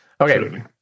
Okay